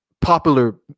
popular